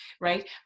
Right